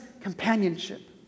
companionship